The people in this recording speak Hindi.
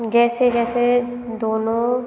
जैसे जैसे दोनों